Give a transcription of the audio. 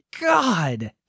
God